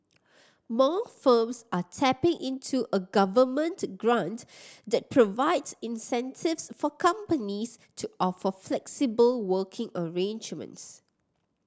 more firms are tapping into a Government grant that provides incentives for companies to offer flexible working arrangements